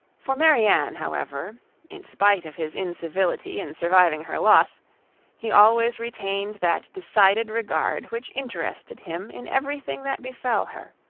for marianne, however in spite of his incivility in surviving her loss he always retained that decided regard which interested him in every thing that befell her,